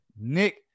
Nick